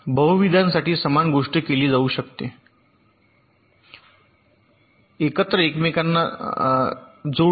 बहुविधांसाठी समान गोष्ट केली जाऊ शकते एकत्र एकमेकांना जोडणे